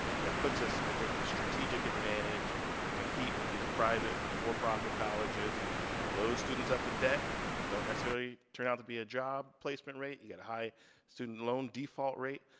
and it puts us, i think, in a strategic advantage to compete with these private, for-profit colleges that load students up with debt and don't necessarily turn out to be a job placement rate. you got high student loan default rate.